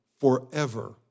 forever